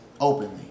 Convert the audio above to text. openly